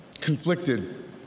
conflicted